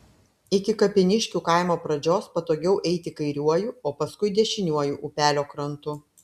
iki kapiniškių kaimo pradžios patogiau eiti kairiuoju o paskui dešiniuoju upelio krantu